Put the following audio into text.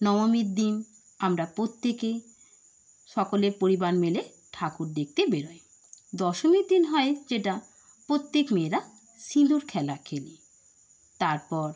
নবমীর দিন আমরা প্রত্যেকেই সকলের পরিবার মিলে ঠাকুর দেখতে বেরোই দশমীর দিন হয় যেটা প্রত্যেক মেয়েরা সিঁদুর খেলা খেলি তারপর